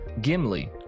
Gimli